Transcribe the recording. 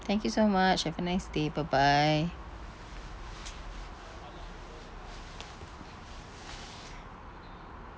thank you so much have a nice day bye bye